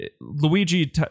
Luigi